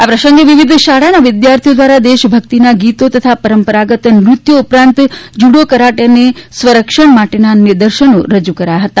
આ પ્રસંગે વિવિધ શાળાના વિદ્યાર્થીઓ દ્વારા દેશભક્તિના ગીતો તથા પરંપરાગત નૃત્યો ઉપરાંત જૂડો કરાટે અને સ્વરક્ષક માટેના નિર્દેશનો રજૂ કરાયા હતા